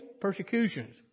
persecutions